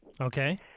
Okay